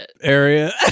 area